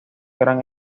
gran